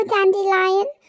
Dandelion